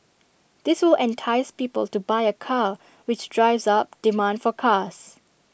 this will entice people to buy A car which drives up demand for cars